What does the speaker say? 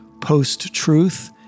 post-truth